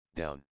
down